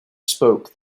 spoke